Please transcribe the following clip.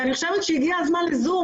אני חושבת שהגיע הזמן ל-זום.